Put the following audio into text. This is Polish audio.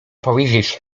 powiedzieć